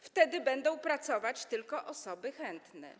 Wtedy będą pracować tylko osoby chętne.